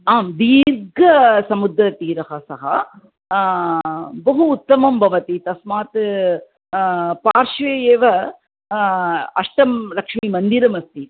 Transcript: आं दीर्घसमुद्रतीरः सः बहु उत्तमः भवति तस्मात् पार्श्वे एव अष्टलक्ष्मीमन्दिरमस्ति